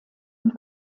und